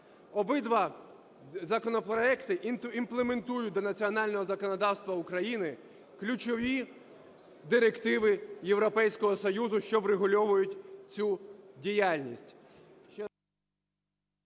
Обидва законопроекти імплементують до національного законодавства України ключові директиви Європейського Союзу, що врегульовують цю діяльність.